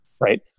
right